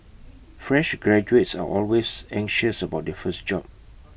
fresh graduates are always anxious about their first job